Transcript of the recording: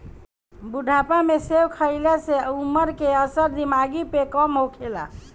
बुढ़ापा में सेब खइला से उमर के असर दिमागी पे कम होखेला